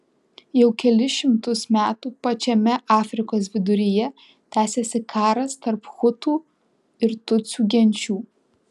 jau kelis šimtus metų pačiame afrikos viduryje tęsiasi karas tarp hutų ir tutsių genčių